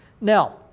Now